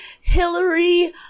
hillary